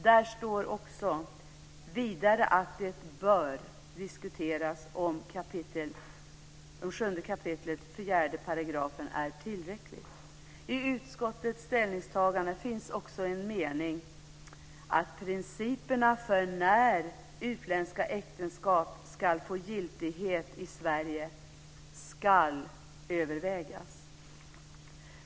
Där står vidare att det bör diskuteras om 7 kap. 4 § är tillräckligt. I utskottets ställningstagande finns också följande mening: "att principerna för när utländska äktenskap skall få giltighet i Sverige skall övervägas".